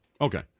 Okay